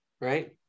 Right